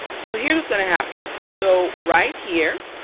so here's what's gonna happen, so right here,